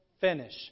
finish